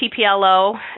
TPLO